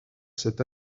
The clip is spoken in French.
cette